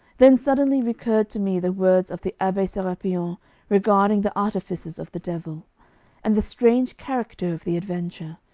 then suddenly recurred to me the words of the abbe serapion regarding the artifices of the devil and the strange character of the adventure,